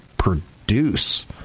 produce